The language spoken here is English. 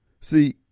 See